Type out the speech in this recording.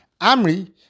Amri